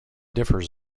differs